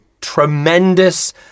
tremendous